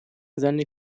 seine